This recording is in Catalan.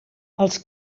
els